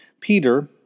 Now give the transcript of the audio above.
Peter